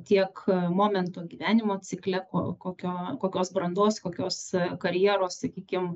tiek momentu gyvenimo cikle ko kokio kokios brandos kokios karjeros sakykim